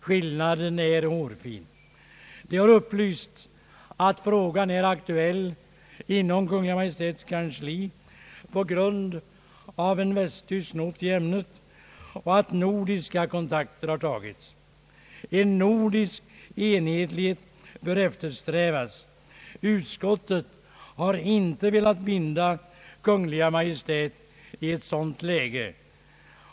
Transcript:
Skillnaden är hårfin. Det har upplysts att frågan är aktuell inom Kungl. Maj:ts kansli på grund av en västtysk not i ämnet och att nordiska kontakter tagits. En nordisk enhetlighet bör eftersträvas. Utskottet har inte velat binda Kungl. Maj:t i ett sådant läge.